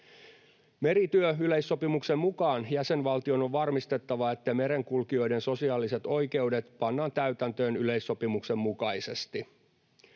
Merityöyleissopimuksen mukaan jäsenvaltion on varmistettava, että merenkulkijoiden sosiaaliset oikeudet pannaan täytäntöön yleissopimuksen mukaisesti.